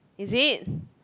is it